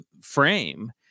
frame